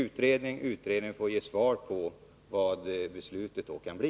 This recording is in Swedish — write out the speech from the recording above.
Utredningen får alltså ge svar på frågan vilket beslutet kan bli.